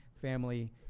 family